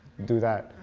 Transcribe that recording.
do that.